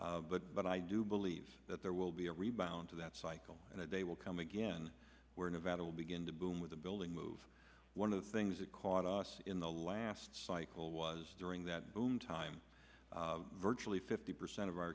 nevada but but i do believe that there will be a rebound to that cycle and the day will come again where nevada will begin to boom with the building move one of the things that caught us in the last cycle was during that boom time virtually fifty percent of our